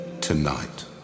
tonight